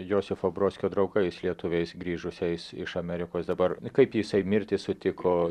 josifo brodskio draugais lietuviais grįžusiais iš amerikos dabar kaip jisai mirtį sutiko